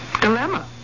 dilemma